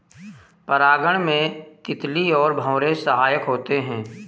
परागण में तितली और भौरे सहायक होते है